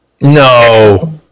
No